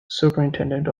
superintendent